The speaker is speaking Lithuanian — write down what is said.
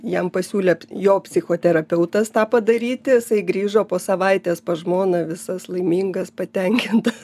jam pasiūlė jo psichoterapeutas tą padaryti jisai grįžo po savaitės pas žmoną visas laimingas patenkintas